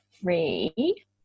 three